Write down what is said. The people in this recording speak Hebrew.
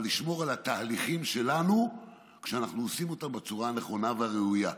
אבל לשמור על התהליכים שלנו כשאנחנו עושים אותם בצורה הנכונה והראויה.